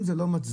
אם זה לא מצדיק,